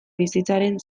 bizitzaren